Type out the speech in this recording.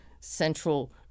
central